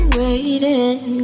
waiting